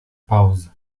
pauz